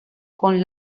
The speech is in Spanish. con